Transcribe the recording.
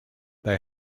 they